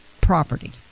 property